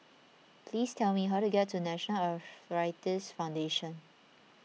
please tell me how to get to National Arthritis Foundation